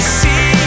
see